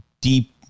deep